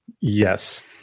Yes